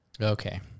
Okay